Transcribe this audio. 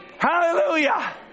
Hallelujah